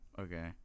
okay